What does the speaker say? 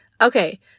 Okay